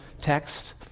text